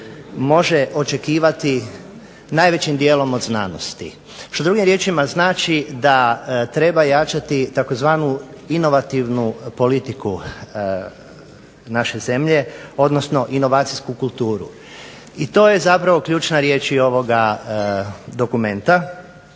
može očekivati najvećim dijelom od znanosti. Što drugim riječima znači da treba jačati tzv. inovativnu politiku naše zemlje, odnosno inovacijsku kulturu. I to je zapravo ključna riječ i ovoga dokumenta.